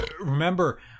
remember